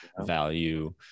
value